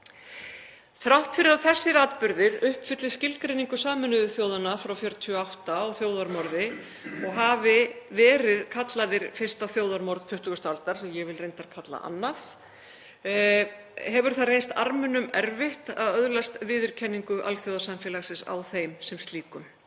Þrátt fyrir að þessir atburðir uppfylli skilgreiningu Sameinuðu þjóðanna frá 1948 á þjóðarmorði og hafi verið kallaðir fyrsta þjóðarmorð 20. aldar, sem ég vil reyndar kalla annað, hefur það reynst Armenum erfitt að öðlast viðurkenningu alþjóðasamfélagsins á þeim sem slíkum.